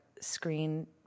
screen